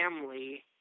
family